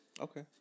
Okay